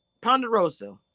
Ponderosa